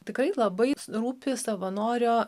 tikrai labai rūpi savanorio